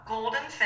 Golden